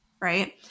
Right